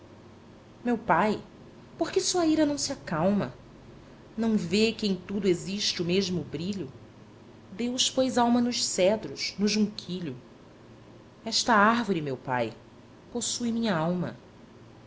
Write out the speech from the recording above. meu pai por que sua ira não se acalma não vê que em tudo existe o mesmo brilho deus pôs almas nos cedros no junquilho esta árvore meu pai possui minhalma